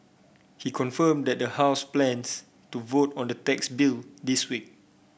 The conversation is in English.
he confirmed that the house plans to vote on the tax bill this week